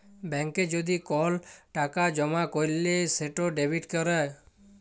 ব্যাংকে যদি কল টাকা জমা ক্যইরলে সেট ডেবিট ক্যরা